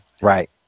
Right